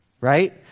right